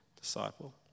disciple